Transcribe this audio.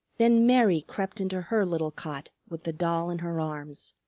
then mary crept into her little cot with the doll in her arms.